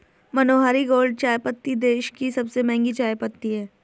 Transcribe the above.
मनोहारी gold चायपत्ती देश की सबसे महंगी चायपत्ती है